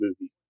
movie